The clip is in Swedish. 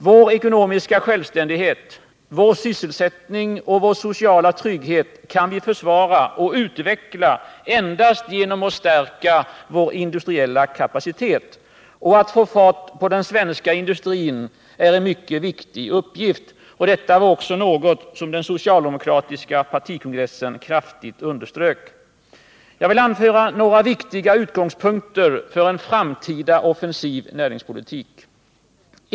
Vår ekonomiska självständighet, vår sysselsättning och vår sociala trygghet kan vi försvara och utveckla endast genom att stärka vår industriella kapacitet. Att åter få fart på den svenska industrin är en mycket viktig uppgift. Detta var något som den socialdemokratiska partikongressen kraftigt underströk. Jag vill anföra några viktiga utgångspunkter för en framtida offensiv näringspolitik.